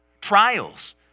Trials